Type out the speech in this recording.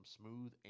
smooth